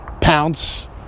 pounce